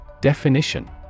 Definition